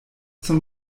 zum